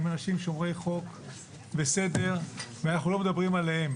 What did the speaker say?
אנשים שומרי חוק וסדר ואנחנו לא מדברים עליהם.